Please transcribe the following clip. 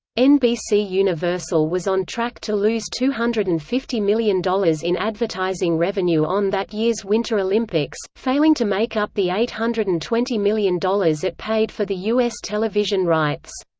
nbc universal was on track to lose two hundred and fifty million dollars in advertising revenue on that year's winter olympics, failing to make up the eight hundred and twenty million dollars it paid for the u s. television rights.